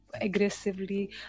aggressively